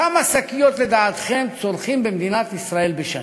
כמה שקיות לדעתכם צורכים במדינת ישראל בשנה?